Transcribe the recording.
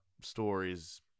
stories